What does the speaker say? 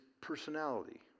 personality